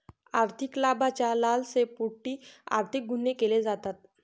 आर्थिक लाभाच्या लालसेपोटी आर्थिक गुन्हे केले जातात